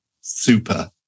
Super